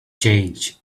change